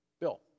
Bill